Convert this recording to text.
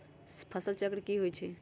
फसल चक्र की होई छै?